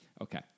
Okay